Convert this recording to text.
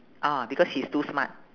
ah because he's too smart